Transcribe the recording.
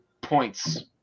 points